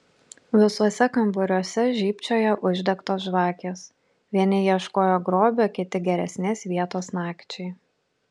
visuose kambariuose žybčiojo uždegtos žvakės vieni ieškojo grobio kiti geresnės vietos nakčiai